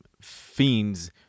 fiends